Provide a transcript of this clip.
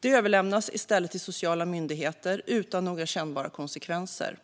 De överlämnas i stället till sociala myndigheter utan några kännbara konsekvenser.